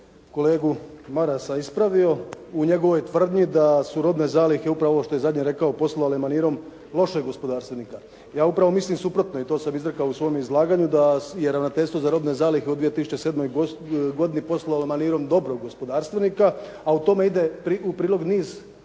kolegu Marasa ispravio u njegovoj tvrdnji da su robne zalihe upravo ovo što je zadnje rekao, poslovale manirom lošeg gospodarstvenika. Ja upravo mislim suprotno i to sam izrekao u svom izlaganju, da je Ravnateljstvo za robne zalihe u 2007. godini poslovalo manirom dobrog gospodarstvenika, a tome ide u prilog niz pokazatelja